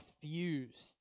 fused